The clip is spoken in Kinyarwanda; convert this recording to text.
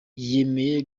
yemeye